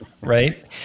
right